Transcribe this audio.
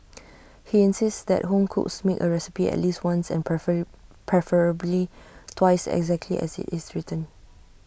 he insists that home cooks make A recipe at least once and preferably twice exactly as IT is written